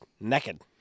Naked